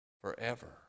Forever